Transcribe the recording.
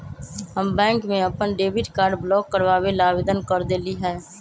हम बैंक में अपन डेबिट कार्ड ब्लॉक करवावे ला आवेदन कर देली है